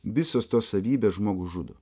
visos tos savybės žmogų žudo